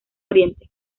oriente